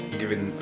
given